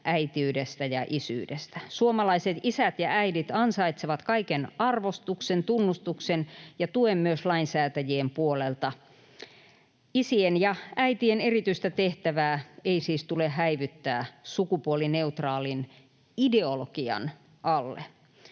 äitiydestä ja isyydestä. Suomalaiset isät ja äidit ansaitsevat kaiken arvostuksen, tunnustuksen ja tuen myös lainsäätäjien puolelta. Isien ja äitien erityistä tehtävää ei siis tule häivyttää sukupuolineutraalin ideologian alle.